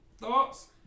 thoughts